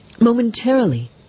momentarily